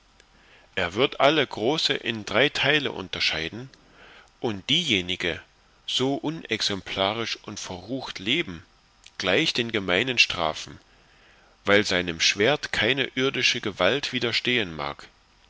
er wird alle große in drei teile unterscheiden und diejenige so unexemplarisch und verrucht leben gleich den gemeinen strafen weil seinem schwert keine irdische gewalt widerstehen mag